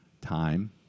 time